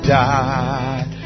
died